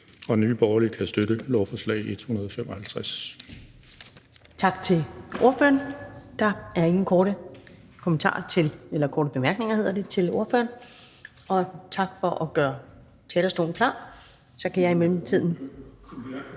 Nye Borgerlige kan støtte lovforslag L 155.